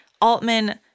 Altman